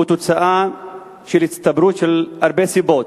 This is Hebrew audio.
הוא תוצאה של הצטברות של הרבה סיבות.